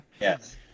Yes